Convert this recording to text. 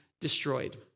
destroyed